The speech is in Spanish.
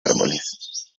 árboles